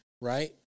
Right